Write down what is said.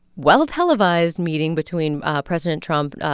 well-televised meeting between president trump,